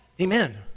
Amen